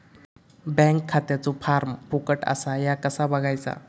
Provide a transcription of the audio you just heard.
Bank खात्याचो form फुकट असा ह्या कसा बगायचा?